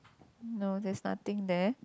no there's nothing there